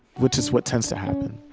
which is what tends to happen